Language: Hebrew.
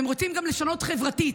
והם רוצים גם לשנות חברתית,